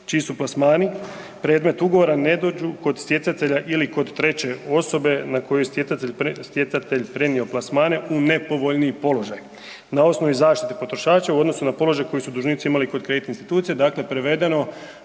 čiji su plasmani predmet ugovora ne dođu kod stjecatelja ili kod treće osobe na koju je stjecatelj, stjecatelj prenio plasmane u nepovoljniji položaj, na osnovi zaštite potrošača u odnosu na položaj koji su dužnici imali kod kreditnih institucija. Dakle, prevedeno